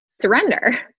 surrender